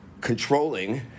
controlling